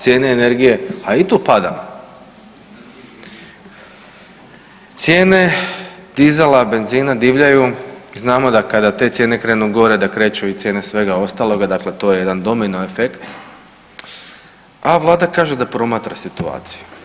Cijene energije, a i tu padamo, cijene dizela, benzina divljaju znamo da kada te cijene krenu gore da kreću i cijene svega ostaloga dakle to je jedan domino efekt, a vlada kaže da promatra situaciju.